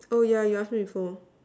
oh yeah you got send before